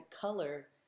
color